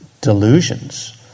delusions